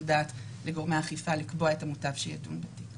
דעת לגורמי אכיפה לקבוע את המותב שידון בתיק.